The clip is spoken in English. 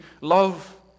love